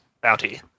bounty